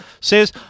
says